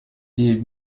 des